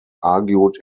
argued